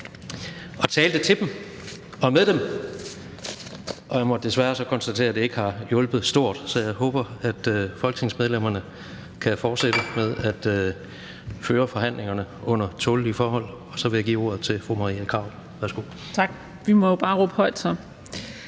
og talte til dem og med dem, og jeg måtte så desværre konstatere, at det ikke har hjulpet stort, så jeg håber, at folketingsmedlemmerne kan fortsætte med at føre forhandlingerne under tålelige forhold. Så vil jeg give ordet til fru Marie Krarup. Værsgo. Kl. 16:01 Forhandling